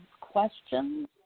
questions